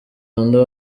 rwanda